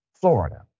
Florida